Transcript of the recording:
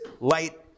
light